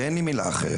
ואין לי מילה אחרת.